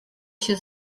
się